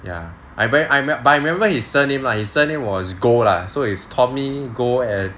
ya but I remember his surname lah his surname was goh lah so it's tommy goh and